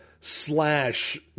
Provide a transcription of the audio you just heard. slash